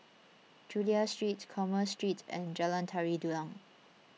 Chulia Street Commerce Street and Jalan Tari Dulang